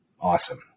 awesome